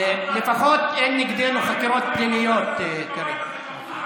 לפחות אין נגדנו חקירות פליליות כרגע.